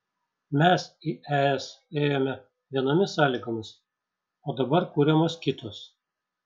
mes į es ėjome vienomis sąlygomis o dabar kuriamos kitos